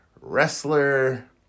wrestler